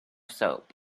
soap